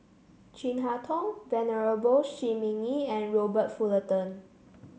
Chin Harn Tong Venerable Shi Ming Yi and Robert Fullerton